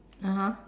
(uh huh)